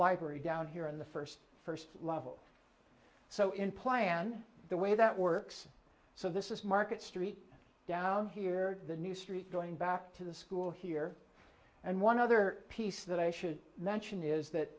library down here in the first first level so in plan the way that works so this is market street down here the new street going back to the school here and one other piece that i should mention is that